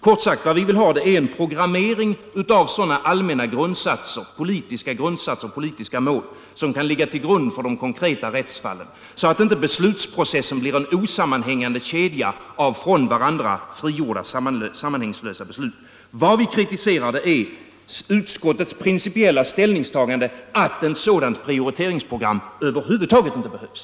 Kort sagt: Vad vi vill ha är en programmering av sådana allmänna politiska grundsatser och mål som kan ligga till grund för de konkreta rättsfallen, så att inte beslutsprocessen blir en osammanhängande kedja av från varandra frigjorda, sammanhangslösa beslut. Vad vi kritiserar är utskottets principiella ställningstagande att ett sådant prioriteringsprogram över huvud taget inte behövs.